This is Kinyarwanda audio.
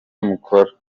mukora